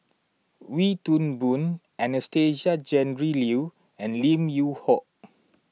Wee Toon Boon Anastasia Tjendri Liew and Lim Yew Hock